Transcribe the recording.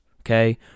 okay